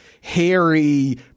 hairy